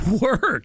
work